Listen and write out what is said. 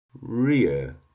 rear